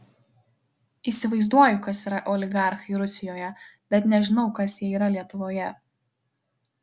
įsivaizduoju kas yra oligarchai rusijoje bet nežinau kas jie yra lietuvoje